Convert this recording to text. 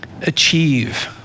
achieve